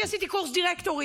אני עשיתי קורס דירקטורים,